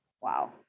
wow